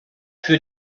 für